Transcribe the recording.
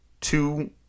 two